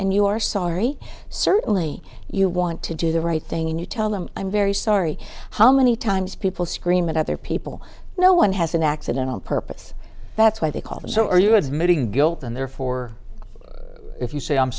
and you are sorry certainly you want to do the right thing and you tell them i'm very sorry how many times people scream at other people no one has an accident on purpose that's why they call them so are you admitting guilt and therefore if you say i'm